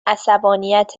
عصبانیت